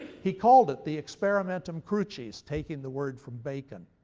he called it the experimentum crucis, taking the word from bacon.